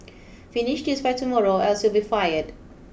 finish this by tomorrow or else you'll be fired